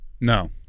No